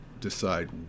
decide